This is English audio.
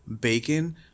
bacon